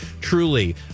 truly